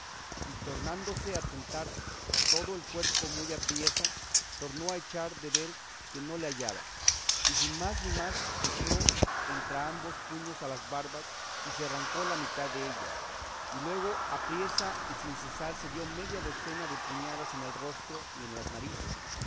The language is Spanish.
y tornándose a tentar todo el cuerpo muy apriesa tornó a echar de ver que no le hallaba y sin más ni más se echó entrambos puños a las barbas y se arrancó la mitad de ellas y luego apriesa y sin cesar se dio media docena de puñadas en el rostro y en las narices